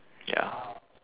ya